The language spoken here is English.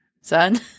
son